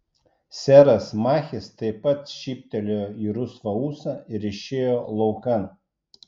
seras machis taip pat šyptelėjo į rusvą ūsą ir išėjo laukan